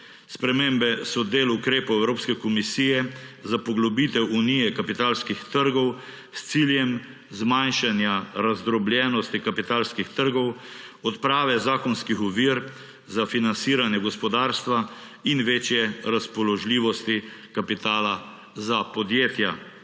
Spremembe so del ukrepov Evropske komisije za poglobitev unije kapitalskih trgov s ciljem zmanjšanja razdrobljenosti kapitalskih trgov, odprave zakonskih ovir za financiranje gospodarstva in večje razpoložljivosti kapitala za podjetja.